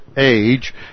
age